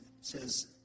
says